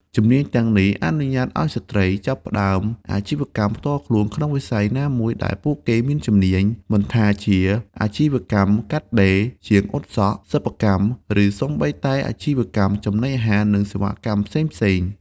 ជំនាញទាំងនេះអនុញ្ញាតឱ្យស្ត្រី ចាប់ផ្តើមអាជីវកម្មផ្ទាល់ខ្លួន ក្នុងវិស័យណាមួយដែលពួកគេមានជំនាញ មិនថាជាអាជីវកម្មកាត់ដេរ ជាងអ៊ុតសក់ សិប្បកម្ម ឬសូម្បីតែអាជីវកម្មចំណីអាហារ និងសេវាកម្មផ្សេងៗ។